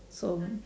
so